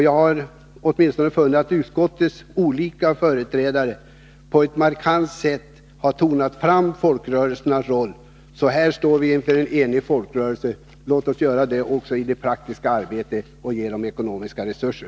Jag har funnit att utskottets olika företrädare på ett markant sätt har tonat fram folkrörelsernas roll. Här står vi alltså eniga inför en enig folkrörelse. Låt oss göra det också i det praktiska arbetet och ge dem ekonomiska resurser.